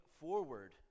forward